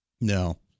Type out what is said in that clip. No